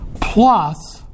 plus